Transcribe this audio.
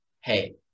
hey